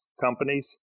companies